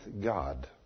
God